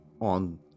on